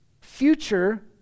future